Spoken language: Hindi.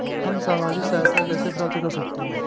हम सामाजिक सहायता कैसे प्राप्त कर सकते हैं?